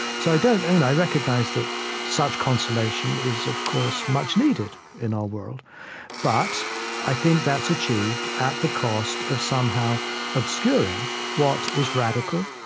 so, i don't and i recognize that such consolation is, of course, much needed in our world but i think that's achieved at the cost of somehow obscuring what is radical,